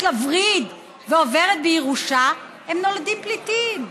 לווריד ועוברת בירושה הם נולדים פליטים.